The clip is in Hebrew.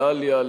לעאליה,